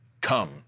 come